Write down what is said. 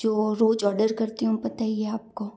जो रोज़ ऑर्डर करती हूँ पता ही है आप को